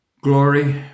Glory